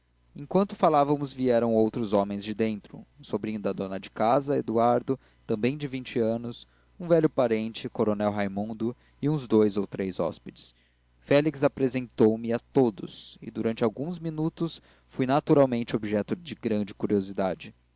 enquanto falávamos vieram outros homens de dentro um sobrinho do dono da casa eduardo também de vinte anos um velho parente coronel raimundo e uns dous ou três hóspedes félix apresentou-me a todos e durante alguns minutos fui naturalmente objeto de grande curiosidade